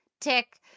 tick